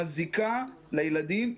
מזיקה לילדים,